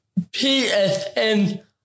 PSN